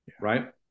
Right